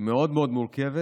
היא מאוד מאוד מורכבת,